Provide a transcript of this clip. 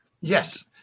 Yes